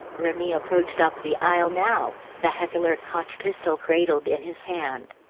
remy approached up the aisle now, the heckler koch pistol cradled in his hand.